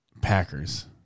packers